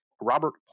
Robert